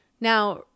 Now